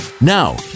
Now